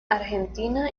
argentina